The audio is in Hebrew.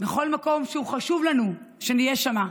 בכל מקום שחשוב לנו שנהיה שם.